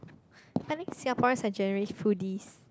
I think Singaporeans are generally foodies